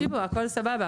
הכול סבבה,